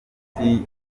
bapolisi